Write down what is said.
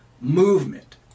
movement